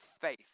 faith